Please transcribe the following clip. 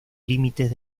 límites